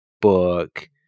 book